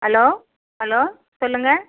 hello hello சொல்லுங்கள்